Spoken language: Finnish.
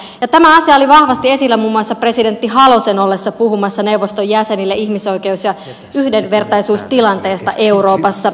tämä asia oli vahvasti esillä muun muassa presidentti halosen ollessa puhumassa neuvoston jäsenille ihmisoikeus ja yhdenvertaisuustilanteesta euroopassa